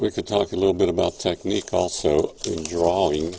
we could talk a little bit about technique also in drawing